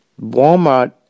Walmart